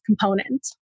component